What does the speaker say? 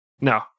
No